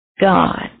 God